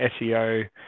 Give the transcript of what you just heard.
seo